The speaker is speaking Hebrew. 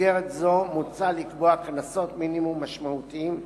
במסגרת זו מוצע לקבוע קנסות מינימום משמעותיים,